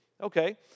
Okay